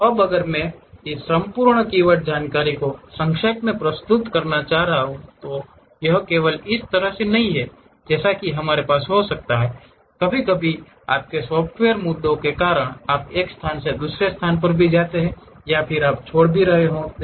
अब अगर मैं इस संपूर्ण कीवर्ड जानकारी को संक्षेप में प्रस्तुत करना चाहूंगा तो यह केवल इस तरह से नहीं है जैसा कि हमारे पास हो सकता है कभी कभी आपके सॉफ़्टवेयर मुद्दों के कारण आप एक स्थान से दूसरे स्थान पर भी जाते हैं या फिर आप छोड़ भी रहे होंगे